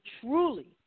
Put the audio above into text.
truly